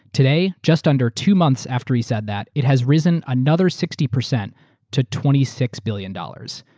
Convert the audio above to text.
today, just under two months after he said that, it has risen another sixty percent to twenty six billion dollars.